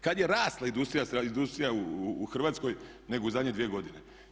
Kada je rasla industrija u Hrvatskoj nego u zadnje 2 godine?